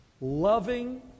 Loving